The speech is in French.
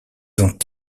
ont